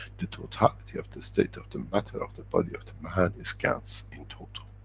the totality of the state of the matter of the body of the man, is gans in total.